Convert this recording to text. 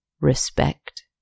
respect